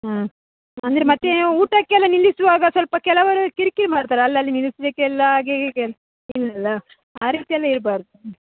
ಹ್ಞೂ ಅಂದರೆ ಮತ್ತೆ ಊಟಕೆಲ್ಲ ನಿಲ್ಲಿಸುವಾಗ ಸ್ವಲ್ಪ ಕೆಲವರು ಕಿರಿಕಿರಿ ಮಾಡ್ತಾರೆ ಅಲ್ಲಲ್ಲಿ ನಿಲ್ಲಿಸಲಿಕ್ಕೆ ಇಲ್ಲ ಹಾಗೆ ಹೀಗೆ ಅಂತ ಆ ರೀತಿ ಎಲ್ಲ ಇರ್ಬಾರ್ದು